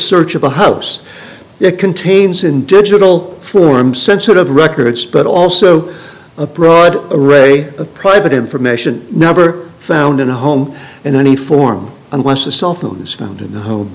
search of the house it contains in digital form sensitive records but also a broad array of private information never found in a home in any form and once a cell phone is found in the home